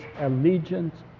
allegiance